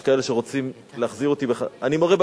יש כאלה שרוצים להחזיר אותי, גם אני.